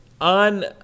on